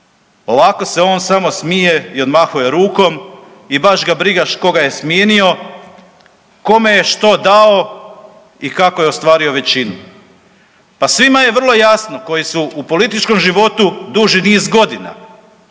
Ovako se on samo smije i odmahuje rukom i baš ga briga koga je smijenio, kome što dao i kako je ostvario većinu. Pa svima je vrlo jasno koji su u političkom životu duži niz godina,